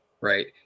Right